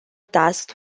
tasked